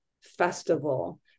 festival